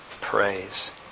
praise